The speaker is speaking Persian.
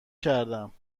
کردم